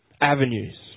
avenues